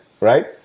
right